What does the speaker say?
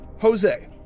Jose